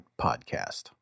podcast